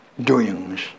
doings